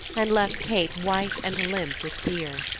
and left kate white and limp with fear.